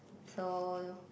so